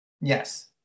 Yes